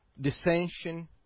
dissension